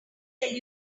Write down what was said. never